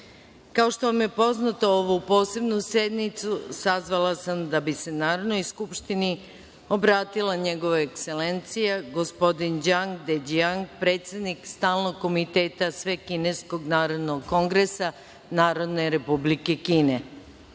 Kao što vam je poznato, ovu posebnu sednicu sazvala sam da bi se Narodnoj skupštini obratila NJegova Ekselencija, gospodin DŽang Deđiang, predsednik Stalnog komiteta Svekineskog Narodnog kongresa Narodne Republike Kine. Čast